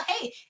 hey